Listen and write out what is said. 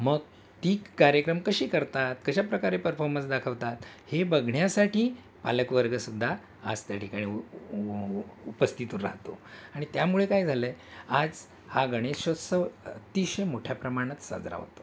मग ती कार्यक्रम कशी करतात कशा प्रकारे परफॉर्मन्स दाखवतात हे बघण्यासाठी पालकवर्गसुद्धा आज त्या ठिकाणी उ उपस्थित राहतो आणि त्यामुळे काय झालं आहे आज हा गणेशोत्सव अतिशय मोठ्या प्रमाणात साजरा होतो